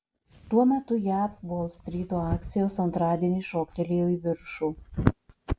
tuo metu jav volstryto akcijos antradienį šoktelėjo į viršų